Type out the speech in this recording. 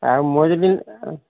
আৰু মই যদি